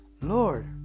Lord